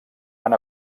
van